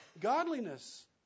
Godliness